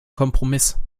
kompromiss